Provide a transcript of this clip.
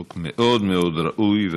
חוק מאוד מאוד ראוי.